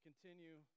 Continue